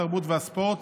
התרבות והספורט